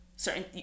certain